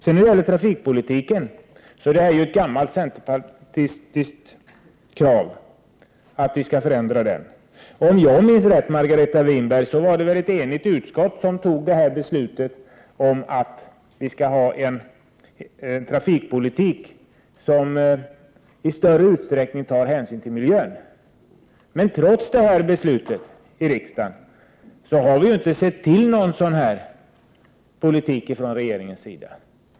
Att förändra trafikpolitiken är ett gammalt centerpartistiskt krav. Om jag minns rätt, Margareta Winberg, var det ett enigt utskott som stod bakom beslutet om att vi skall ha en trafikpolitik, som i större utsträckning tar hänsyn till miljön. Men trots detta beslut i riksdagen har vi inte sett till någon sådan politik från regeringens sida.